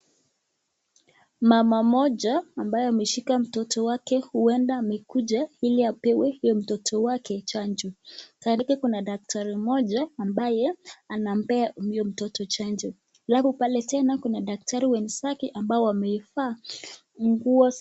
Mama mmoja ambaye ameshika mtoto wake huenda amekuja ili apewe huyo mtoto wake chanjo. Karibu kuna daktari mmoja ambaye anampa huyo mtoto chanjo. Alafu pale tena kuna daktari wenzake ambao wameivaa nguo.